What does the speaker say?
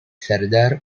sardar